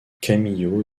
camillo